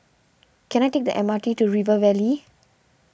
can I take the M R T to River Valley